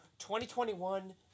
2021